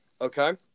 Okay